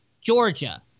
Georgia